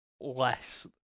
less